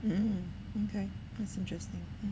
um okay that's interesting